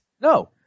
No